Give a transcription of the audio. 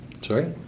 Sorry